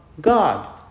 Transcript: God